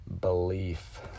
belief